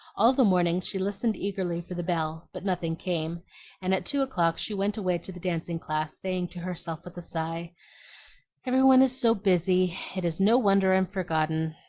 all the morning she listened eagerly for the bell, but nothing came and at two o'clock she went away to the dancing-class, saying to herself with a sigh every one is so busy, it is no wonder i'm forgotten.